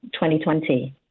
2020